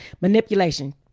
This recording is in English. Manipulation